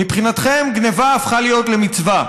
מבחינתכם, גנבה הפכה להיות מצווה.